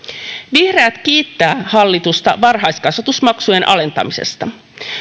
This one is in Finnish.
vihreät kiittää hallitusta varhaiskasvatusmaksujen alentamisesta